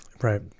right